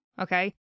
okay